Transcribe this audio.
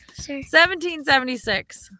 1776